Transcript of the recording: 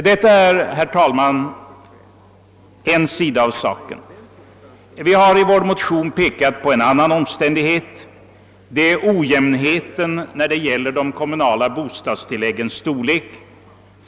— Detta är, herr talman, en sida av saken. Vi har i vår motion även pekat på en annan omständighet, nämligen ojämnheten i de kommunala bostadstillläggens storlek.